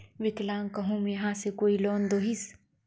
विकलांग कहुम यहाँ से कोई लोन दोहिस?